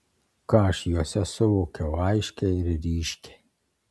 ką aš juose suvokiau aiškiai ir ryškiai